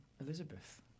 Elizabeth